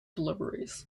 deliveries